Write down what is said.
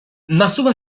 nasuwa